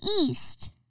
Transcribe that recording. East